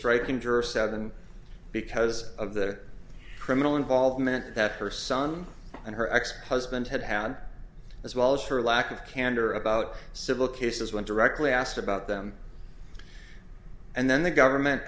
striking juror seven because of the criminal involvement that her son and her ex husband had had as well as for lack of candor about civil cases when directly asked about them and then the government